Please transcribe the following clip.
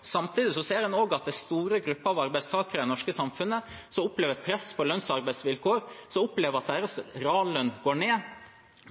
Samtidig ser en også at det er store grupper av arbeidstakere i det norske samfunnet som opplever et press på lønns- og arbeidsvilkår, som opplever at reallønnen deres går ned,